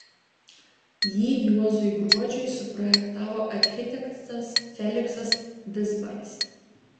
jį juozui gruodžiui suprojektavo architektas feliksas vizbaras